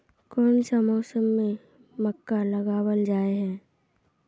कोन सा मौसम में मक्का लगावल जाय है?